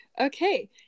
Okay